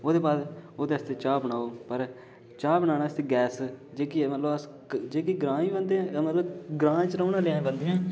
फिर ओह्दे बाद ओह्दे आस्तै चाह् बनाओ पर चाह् बनाने आस्ते गैस मतलब जेह्की ऐ ग्राईं बंदे हां मतलब ग्रां रोह्ने आह्ले आं